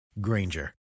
Granger